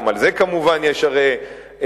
גם על זה כמובן יש הרי ביקורת,